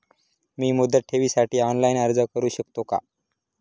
मी मुदत ठेवीसाठी ऑनलाइन अर्ज करू शकतो का?